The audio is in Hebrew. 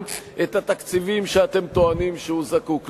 את התקציבים שאתם טוענים שהוא זקוק להם.